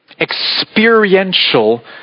experiential